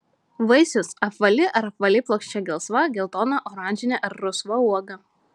vaisius apvali ar apvaliai plokščia gelsva geltona oranžinė ar rusva uoga